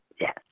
yes